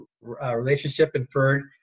relationship-inferred